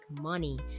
money